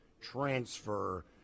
transfer